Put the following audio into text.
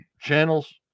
channels